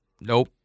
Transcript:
Nope